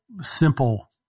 simple